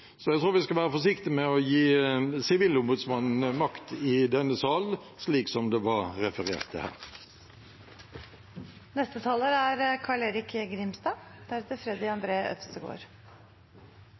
Så jeg tror vi skal være forsiktige med å gi Sivilombudsmannen makt i denne sal, slik som det var referert til her. Jeg vil begynne med å takke representanten Tetzschner, selv om han ikke er